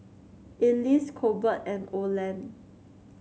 Ellis Colbert and Oland